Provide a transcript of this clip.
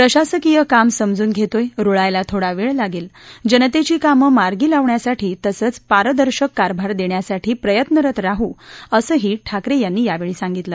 प्रशासकीय काम समजून घेतोय रुळायला थोडा वेळ लागेल जनतेची कामं मार्गी लावण्यासाठी तसंच पारदर्शक कारभार देण्यासाठी प्रयत्नरत राहू असंही ठाकरे यांनी यावेळी सांगितलं